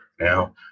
Now